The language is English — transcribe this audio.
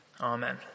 Amen